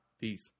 Peace